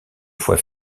fois